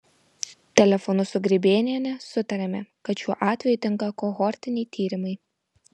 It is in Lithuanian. telefonu su grybėniene sutarėme kad šiuo atveju tinka kohortiniai tyrimai